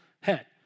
head